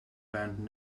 band